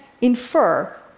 infer